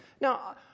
Now